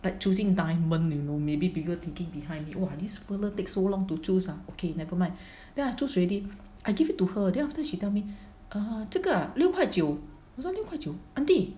like choosing time you know maybe people thinking behind !wah! this fella take so long to choose ah okay never mind then I choose already I give it to her then after she told me err 这个 ah 六块九我说六块九 aunty